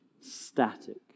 static